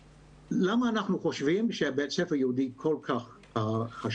למה אנחנו חושבים שבית ספר יהודי כל כך חשוב?